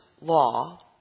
law